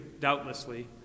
doubtlessly